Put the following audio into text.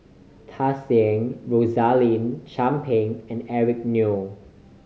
Tsung Yeh Rosaline Chan Pang and Eric Neo